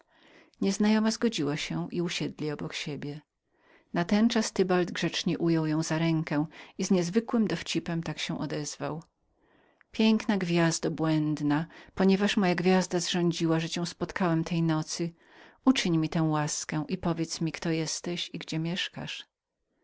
nieznajoma zgodziła się i usiedli obok siebie natenczas tybald grzecznie ujął ją za rękę i z niezwykłym dowcipem tak się odezwał piękna gwiazdo błędna ponieważ moja gwiazda zrządziła że cię spotkałem tej nocy uczyń mi tę łaskę i powiedz mi kto jesteś i gdzie mieszkasz